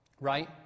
right